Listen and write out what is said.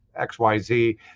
xyz